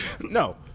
No